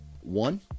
one